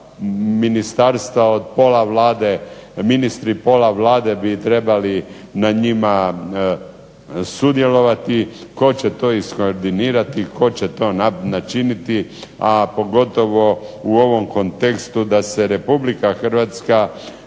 da ministarstva od pola Vlade, ministri pola Vlade bi trebali na njima sudjelovati, tko će to iskoordinirati, tko će to načiniti, a pogotovo u ovom kontekstu da se Republika Hrvatska